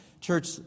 Church